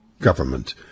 government